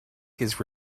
his